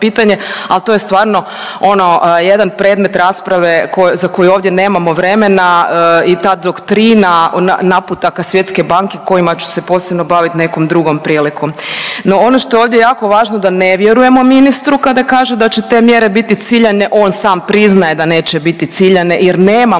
pitanje, ali to je stvarno ono jedan predmet rasprave za koju ovdje nemamo vremena i ta doktrina naputaka Svjetske banke kojima ću se posebno baviti nekom drugom prilikom. No, ono što je ovdje jako važno da ne vjerujemo ministru kada kaže da će te mjere biti ciljane. On sam priznaje da neće biti ciljane jer nemamo